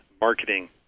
marketing